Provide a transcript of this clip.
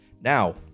Now